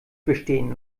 bestehen